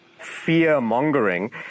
fear-mongering